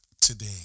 today